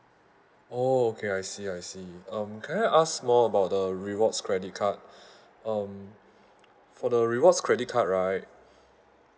oh okay I see I see um can I ask more about the rewards credit card um for the rewards credit card right